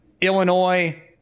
Illinois